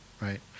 right